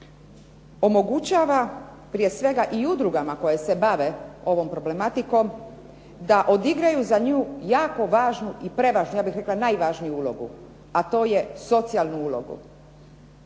omogućava prije svega i udrugama koje se bave ovom problematikom da odigraju za nju jako važnu i prevažnu, ja bih rekla najvažniju ulogu, a to je socijalnu ulogu,